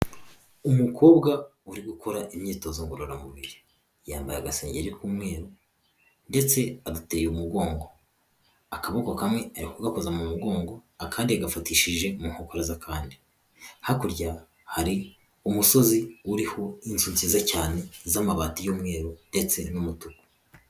Umukobwa uri gukora imyitozo ngororamubiri yambaye agasengeri k'umweru ndetse aduteye umugongo. Akaboko kamwe ari kugakoza mu mugongo akandi yagafatishije mu nkokora z'akandi. Hakurya hari umusozi uriho inzu nziza cyane z'amabati y'umweru ndetse n'umutuku.